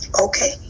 Okay